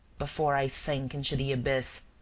before i sink into the abyss,